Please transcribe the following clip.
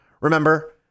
Remember